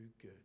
good